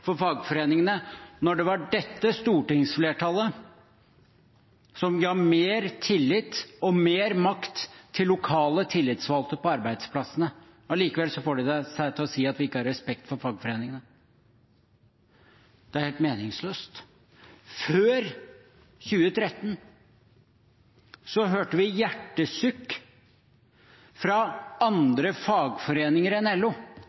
for fagforeningene, når det var dette stortingsflertallet som ga mer tillit og mer makt til lokale tillitsvalgte på arbeidsplassene. Allikevel får de seg til å si at vi ikke har respekt for fagforeningene. Det er helt meningsløst. Før 2013 hørte vi hjertesukk fra andre fagforeninger enn LO,